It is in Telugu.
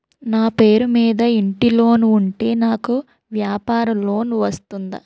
నా పేరు మీద ఇంటి లోన్ ఉంటే నాకు వ్యాపార లోన్ వస్తుందా?